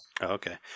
Okay